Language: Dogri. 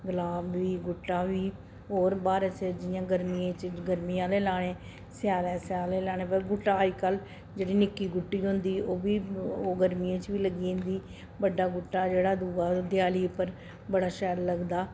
गलाब बी गुट्टा बी होर ब्हार सेर जियां गर्मियें च गर्मी आह्ले लाने स्याला च स्याले लाने भाई बूह्टा अजकल जेह्ड़ी निक्की गुट्टी होंदी ओह् बी ओह् गर्मियें च बी लग्गी जंदी बड्डा गुट्टा जेह्ड़ा दूआ ओह् देआली उप्पर बड़ा शैल लगदा